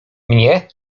mnie